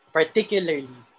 particularly